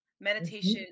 meditation